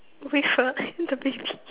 a bit far the baby